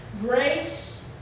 grace